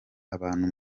abantu